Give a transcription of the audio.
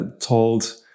told